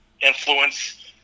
influence